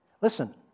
Listen